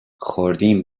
خوردیم